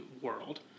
world